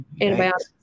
antibiotics